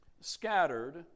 scattered